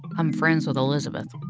i'm friends with elizabeth.